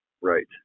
right